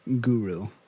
guru